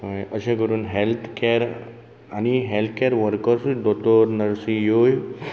अशें करून health care आनी हेल्थ कॅर वर्क्सूय दोतेर नर्सी ह्योय